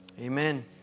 Amen